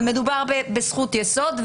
מדובר בזכות יסוד,